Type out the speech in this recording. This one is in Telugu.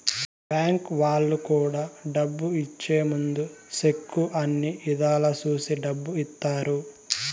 బ్యాంక్ వాళ్ళు కూడా డబ్బు ఇచ్చే ముందు సెక్కు అన్ని ఇధాల చూసి డబ్బు ఇత్తారు